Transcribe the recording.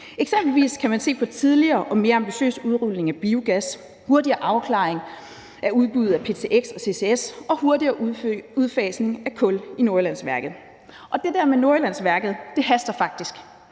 Eksempelvis kan man se på en tidligere og mere ambitiøs udrulning af biogas, hurtigere afklaring af udbudet af ptx og CCS og hurtigere udfasning af kul på Nordjyllandsværket. Det der med Nordjyllandsværket haster faktisk,